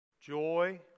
joy